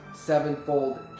sevenfold